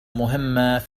مهمة